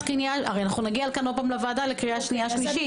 הרי נגיע שוב לוועדה לשנייה ושלישית.